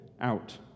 out